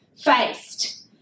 faced